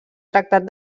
tractat